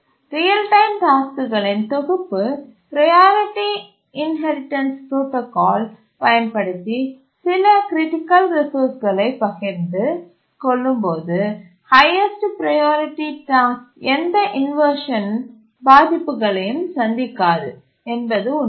real time டாஸ்க்குகளின் தொகுப்பு priority inheritance protocol பயன்படுத்தி சில க்ரிட்டிக்கல் ரிசோர்ஸ்களை பகிர்ந்து கொள்ளும்போது ஹய்யஸ்டு ப்ரையாரிட்டி டாஸ்க் எந்த இன்வர்ஷன் பாதிப்புகளையும் சந்திக்காது என்பது உண்மையா